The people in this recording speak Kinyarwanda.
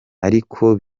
ariko